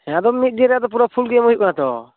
ᱦᱮᱸ ᱟᱫᱚ ᱢᱤᱫ ᱫᱤᱱ ᱨᱮᱭᱟᱜ ᱫᱚ ᱯᱩᱨᱟᱹ ᱯᱷᱩᱞ ᱜᱮ ᱮᱢ ᱦᱩᱭᱩᱜ ᱠᱟᱱᱟ ᱛᱳ